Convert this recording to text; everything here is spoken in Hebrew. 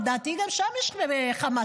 לדעתי גם שם יש חמאס,